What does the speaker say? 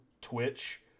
Twitch